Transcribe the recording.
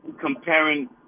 comparing